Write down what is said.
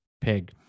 pig